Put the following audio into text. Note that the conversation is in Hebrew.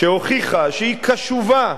שהוכיחה שהיא קשובה